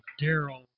Daryl